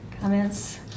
comments